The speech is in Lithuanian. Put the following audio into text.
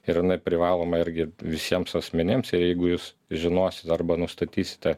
ir jinai privaloma irgi visiems asmenims ir jeigu jūs žinosit arba nustatysite